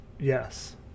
yes